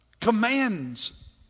commands